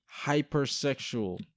hypersexual